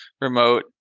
remote